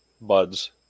buds